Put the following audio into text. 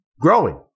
Growing